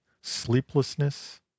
sleeplessness